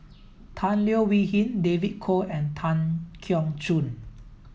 Tan Leo Wee Hin David Kwo and Tan Keong Choon